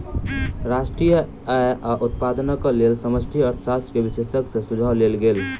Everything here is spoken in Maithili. राष्ट्रीय आय आ उत्पादनक लेल समष्टि अर्थशास्त्र के विशेषज्ञ सॅ सुझाव लेल गेल